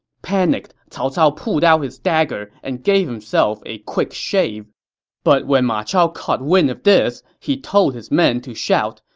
panicked, cao cao pulled out his dagger and gave himself a quick shave but when ma chao got wind of this, he told his men to shout,